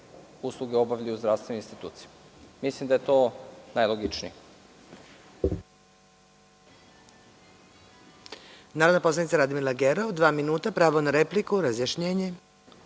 usluge obavljaju u zdravstvenim institucijama. Mislim da je to najlogičnije.